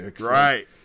right